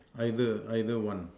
either either one